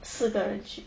四个人去